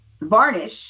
varnish